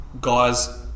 guys